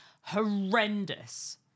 horrendous